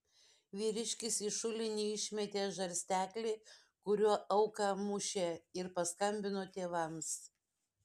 vyriškis į šulinį išmetė žarsteklį kuriuo auką mušė ir paskambino tėvams